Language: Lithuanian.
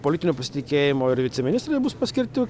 politinio pasitikėjimo ir viceministrai bus paskirti